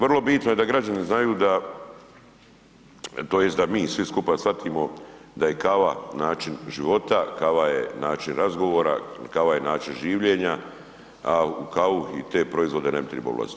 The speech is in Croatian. Vrlo bitno je da građani znaju da tj. da mi svi skupa shvatimo da je kava način života, kava je način razgovora, kava je način življenja, a u kavu i te proizvode ne bi trebalo ulaziti.